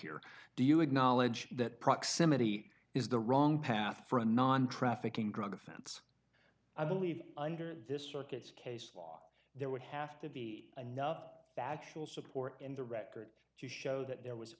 here do you acknowledge that proximity is the wrong path for a non trafficking drug offense i believe under this circuit's case law there would have to be an up factual support in the record to show that there was